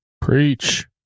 Preach